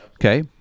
Okay